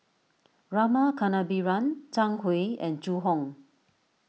Rama Kannabiran Zhang Hui and Zhu Hong